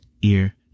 Ear